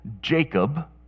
Jacob